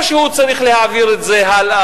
הוא צריך להעביר את זה הלאה,